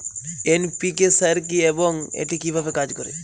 NPK সার কি এবং এটি কিভাবে কাজ করে?